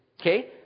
okay